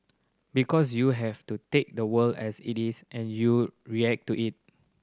because you have to take the world as it is and you react to it